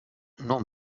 non